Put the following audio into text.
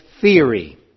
theory